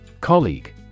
Colleague